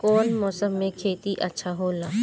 कौन मौसम मे खेती अच्छा होला?